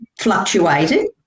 fluctuated